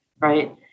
right